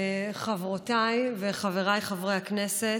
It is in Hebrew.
חברותיי וחבריי חברי הכנסת,